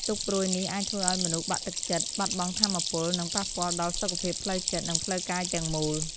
ទុក្ខព្រួយនេះអាចធ្វើឲ្យមនុស្សបាក់ទឹកចិត្ត បាត់បង់ថាមពល និងប៉ះពាល់ដល់សុខភាពផ្លូវចិត្ត និងផ្លូវកាយទាំងមូល។